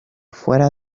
fuera